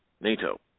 NATO